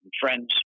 friends